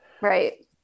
Right